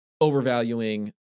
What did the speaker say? overvaluing